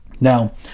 Now